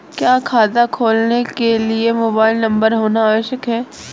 क्या खाता खोलने के लिए मोबाइल नंबर होना आवश्यक है?